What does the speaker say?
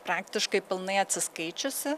praktiškai pilnai atsiskaičiusi